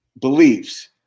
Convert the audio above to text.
beliefs